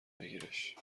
بگیرش